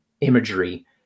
imagery